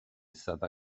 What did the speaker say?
stata